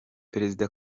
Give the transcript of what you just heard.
perezida